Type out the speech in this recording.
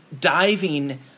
diving